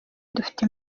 dufite